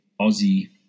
Aussie